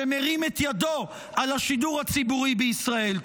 שמרים את ידו על השידור הציבורי בישראל.